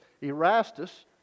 Erastus